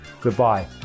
goodbye